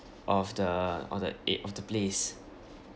of the of the e~ of the place